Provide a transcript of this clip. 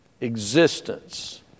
existence